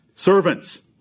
Servants